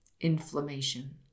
inflammation